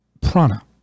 prana